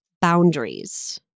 boundaries